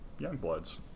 Youngbloods